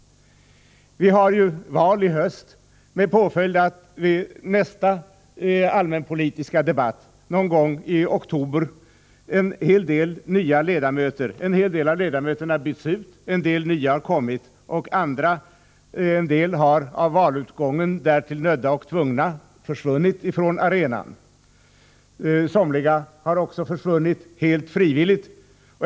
Vi har val i höst med påföljd att vid nästa allmänpolitiska debatt, någon gång i oktober, en hel del av ledamöterna har bytts ut och nya har kommit. En del har, av valutgången därtill nödda och tvungna, försvunnit från arenan. Somliga har också försvunnit helt frivilligt.